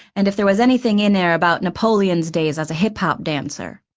and if there was anything in there about napoleon's days as a hip-hop dancer.